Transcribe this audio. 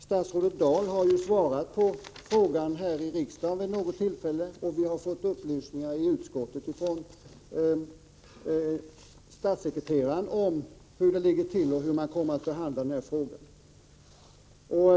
Statsrådet Dahl har vid något tillfälle här i kammaren svarat på en fråga i det här ärendet, och i utskottet har vi fått upplysningar av statssekreteraren om hur det ligger till och hur regeringen kommer att behandla frågan.